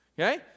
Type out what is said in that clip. okay